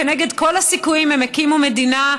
כנגד כל הסיכויים הם הקימו מדינה,